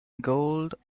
gold